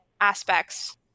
aspects